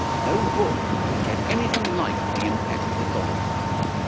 no book had anything like the impact of a doll's house.